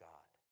God